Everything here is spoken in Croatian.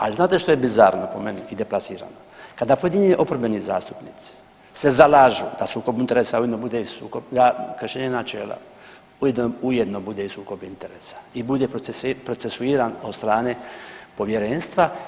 Ali znate što je bizarno po meni i deplasirano kada pojedini oporbeni zastupnici se zalažu da sukob interesa ovime bude i sukob, kršenje načela ujedno bude i sukob interesa i bude procesuiran od strane povjerenstva.